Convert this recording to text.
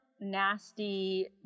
nasty